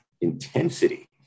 Intensity